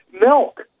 milk